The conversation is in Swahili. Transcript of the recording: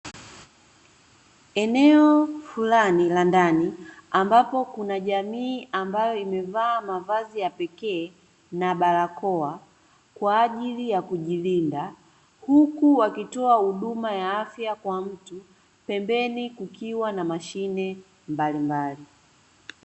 Eneo fulani la ndani ambapo kuna jamii ambayo imevaa mavazi ya pekee na barakoa kwa ajili ya kujilinda, huku wakitoa huduma ya afya kwa mtu. Pembeni kukiwa na mashine mbalimbali.